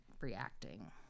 reacting